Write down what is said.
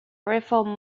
reform